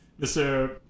Mr